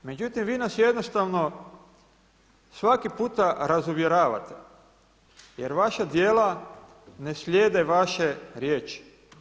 Međutim vi nas jednostavno svaki puta razuvjeravate jer vaša djela ne slijede vaše riječi.